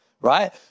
right